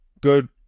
good